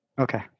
Okay